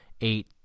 eight